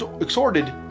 exhorted